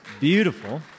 beautiful